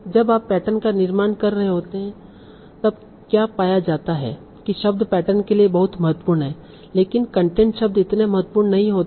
जब आप पैटर्न का निर्माण कर रहे होते हैं तब क्या पाया जाता है की शब्द पैटर्न के लिए बहुत महत्वपूर्ण हैं लेकिन कंटेंट शब्द इतने महत्वपूर्ण नहीं होते हैं